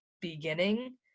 beginning